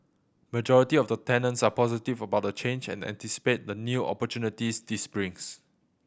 majority of the tenants are positive about the change and anticipate the new opportunities this brings